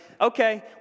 okay